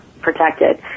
protected